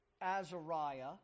Azariah